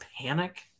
panic